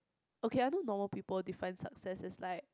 okay I know normal people define success is like